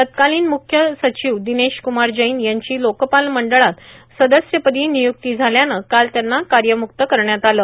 तत्कालीन मुख्य र्साचव र्दनेश क्मार जैन यांची लोकपाल मंडळात सदस्यपदी र्नियुक्ती झाल्याने काल त्यांना कायम्क्त करण्यात आले